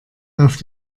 auf